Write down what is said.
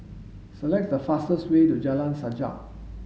select the fastest way to Jalan Sajak